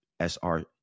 SR